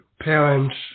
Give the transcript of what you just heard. parents